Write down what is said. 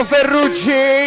Ferrucci